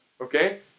Okay